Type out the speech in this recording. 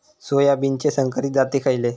सोयाबीनचे संकरित जाती खयले?